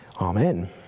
amen